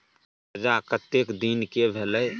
कर्जा कत्ते दिन के भेलै?